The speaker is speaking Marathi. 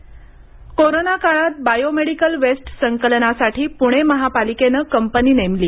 बायोमेडिकल वेस्ट कोरोना काळात बायोमेडिकल वेस्ट संकलनासाठी पूणे महापालिकेने कंपनी नेमली